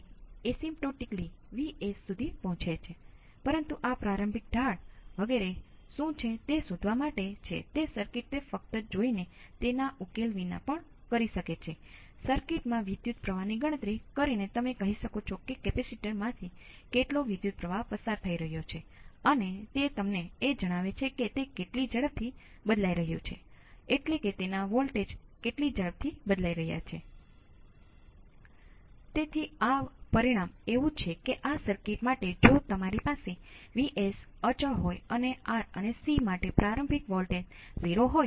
હવે અન્યથા પણ જો તમે ઓળખી શકતા ન હોવ તો તમે ફક્ત તમામ અવરોધને ઓપન સર્કિટ કરી શકો છો આ કરવા માટેનો આધાર નીચે મુજબ છે જો તમારી પાસે કેપેસિટર સાથેના તમામ જોડાણમાં કોઈ અનિયમિતતા હોય તો તે અનંત રહેશે અને અવરોધ દ્વારા જોડાણ હજુ પણ મર્યાદિત રહેશે કારણ કે સર્કિટમાં તમામ વોલ્ટેજ મર્યાદિત છે